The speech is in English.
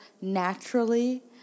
naturally